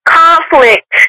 conflict